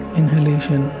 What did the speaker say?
inhalation